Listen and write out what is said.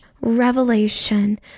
revelation